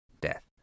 death